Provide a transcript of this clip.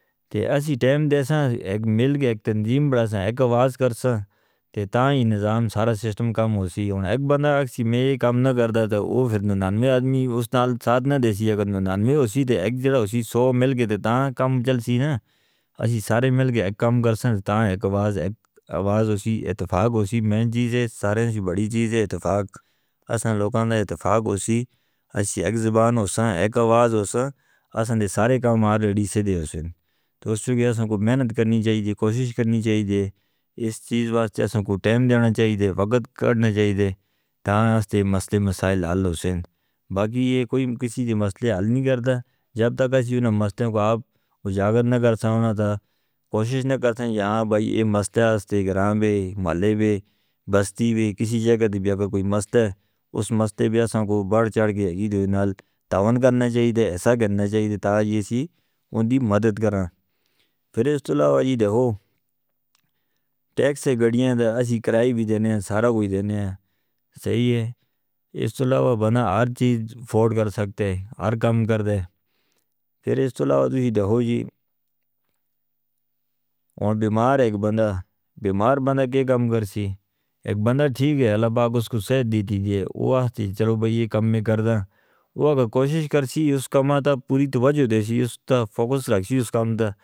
تے اسی ٹائم دے سن ایک ملکے ایک تنظیم بنائے سن ایک آواز کرساں تے تاں ہی نظام سارا سسٹم کم ہوسی۔ ایک بندہ آگ سی میں یہ کم نہ کردا تے وہ پھر ننانوے آدمی اس نال ساتھ نہ دے سی۔ اگر ننانوے ہونسی تے ایک جدہ اسی سو ملکے تے تاں کم چل سی نا۔ اسی سارے ملکے ایک کم کرساں تاں ایک آواز ایک اتفاق ہونسی۔ مہنجی سے سارے بڑی چیز ہے اتفاق۔ اساں لوکاں دا اتفاق ہونسی، اساں ایک زبان ہو ساں، ایک آواز ہو ساں، اساں دے سارے کام آردی سے دے ہو سن۔ تو اس تو کہاں ہم کو محنت کرنی چاہی دی، کوشش کرنی چاہی دی اس چیز واسطے۔ اساں کو ٹائم دینا چاہی دے، وقت کرنا چاہی دے تاں اس دے مسئلے مسائل حال ہو سن۔ باقی یہ کوئی کسی دی مسئلے حال نہیں کردا جب تک اس یہنا مسئلے کو آپ اجاگر نہ کرساوں نا، تاں کوشش نہ کرساں۔ یہاں بھائی یہ مسئلہ اس دے گرام بے محلے بے بستی بے کسی جگہ دے بیعہ کوئی مسئلہ اس مسئلے بیعہ اساں کو بڑھ چڑھ کے ایدیدوے نال تعاون کرنا چاہی دے۔ ایسا کرنا چاہی دے تاں جیسی ان دی مدد کرنا۔ پھر اس تو علاوہ جی دیکھو ٹیکس ہے گڑیاں دا، اس ہی کرائے بھی دینے ہیں سارا کوئی دینے ہیں۔ صحیح ہے، اس تو علاوہ بنا ہر چیز فوٹ کر سکتے ہیں، ہر کام کرتے ہیں۔ پھر اس تو علاوہ دو ہی دیکھو جی اور بیمار ایک بندہ بیمار بندہ کی کم کرسی۔ ایک بندہ ٹھیک ہے، اللہ پاک اس کو سہت دیتی دیے۔ وہ آتی چلو بھائی یہ کم میں کردا، وہ اگر کوشش کرسی اس کامہ تاں پوری توجہ دیسی، اس تاں فوکس رکھسی اس کام دا.